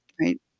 right